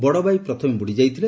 ବଡ଼ଭାଇ ପ୍ରଥମେ ବୁଡିଯାଇଥିଲେ